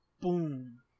boom